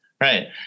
Right